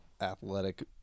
athletic